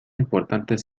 importantes